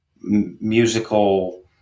musical